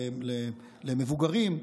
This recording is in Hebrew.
למבוגרים,